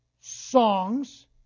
songs